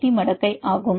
D மடக்கை ஆகும்